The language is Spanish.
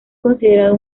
considerado